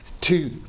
two